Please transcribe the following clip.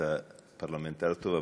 אתה פרלמנטר טוב,